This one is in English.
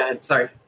Sorry